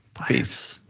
peace.